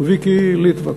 וויקי ליטבק,